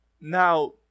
Now